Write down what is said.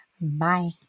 Bye